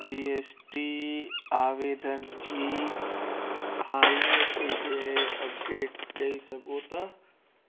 जी S T आवेदन जी हाल नतीजे अपडेट ॾई सघो था